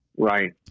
Right